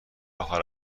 آخر